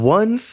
one